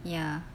ya